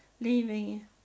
leaving